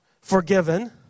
forgiven